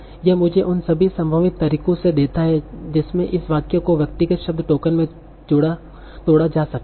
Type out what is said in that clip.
यह मुझे उन सभी संभावित तरीकों से देता है जिसमें इस वाक्य को व्यक्तिगत शब्द टोकन में तोड़ा जा सकता है